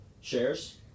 Shares